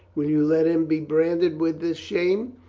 will you let him be branded with this shame?